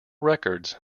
records